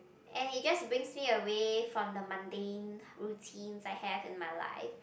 eh you just being seen away from the Monday routines I had in my life